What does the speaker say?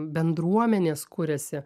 bendruomenės kuriasi